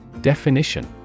Definition